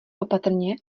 opatrně